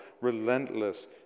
Relentless